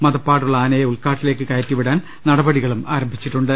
മദപ്പാടുള്ള ആനയെ ഉൾക്കാട്ടിലേക്ക് കയറ്റിവിടാൻ നടപടികളും ആരംഭിച്ചിട്ടുണ്ട്